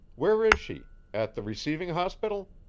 where is she at the receiving hospital?